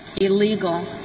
illegal